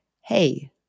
hey